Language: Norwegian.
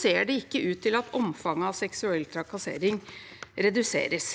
ser det ikke ut til at omfanget av seksuell trakassering reduseres.